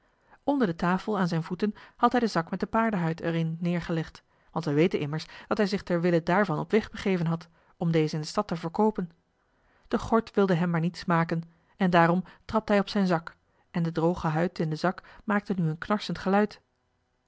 onder de tafel aan zijn voeten had hij den zak met de paardehuid er in neergelegd want wij weten immers dat hij zich ter wille daarvan op weg begeven had om deze in de stad te verkoopen de gort wilde hem maar niet smaken en daarom trapte hij op zijn zak en de droge huid in den zak maakte nu een knarsend geluid